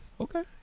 Okay